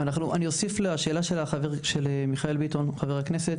אני אוסיף לשאלה של חבר הכנסת מיכאל ביטון.